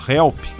Help